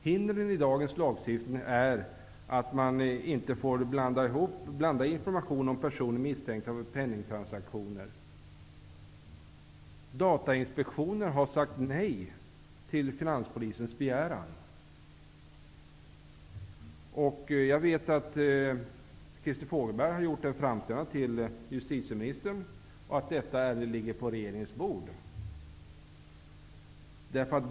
Hindren i dagens lagstiftning är att man inte får blanda in information om personer som är misstänkta för penningtransaktioner. Datainspektionen har sagt nej till finanspolisens begäran. Jag vet att Christer Fogelberg har gjort en framställan till justitieministern och att detta ärende ligger på regeringens bord.